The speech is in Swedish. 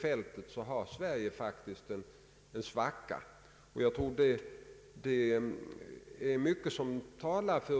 finns en svacka när det gäller orter med denna befolkningsmängd.